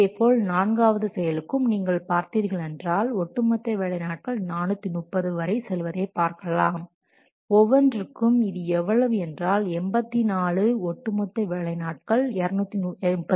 இதேபோல் நான்காவது செயலுக்கும் நீங்கள் பார்த்தீர்கள் என்றால் ஒட்டுமொத்த வேலை நாட்கள் 430 வரை செல்வதை பார்க்கலாம் ஒவ்வொன்றுக்கும் இது எவ்வளவு என்றால் 84 மொத்த ஒட்டுமொத்த வேலை நாட்கள் 237